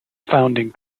founding